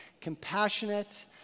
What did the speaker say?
compassionate